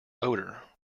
odour